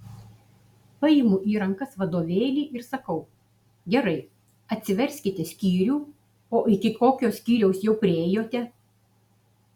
paimu į rankas vadovėlį ir sakau gerai atsiverskite skyrių o iki kokio skyriaus jau priėjote